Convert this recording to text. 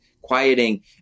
quieting